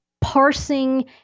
parsing